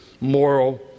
moral